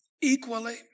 equally